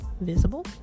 visible